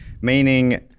meaning